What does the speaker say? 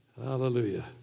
Hallelujah